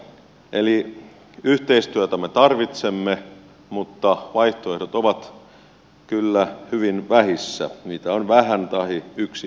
eli yhteistyötä me tarvitsemme mutta vaihtoehdot ovat kyllä hyvin vähissä niitä on vähän tai yksi ainoa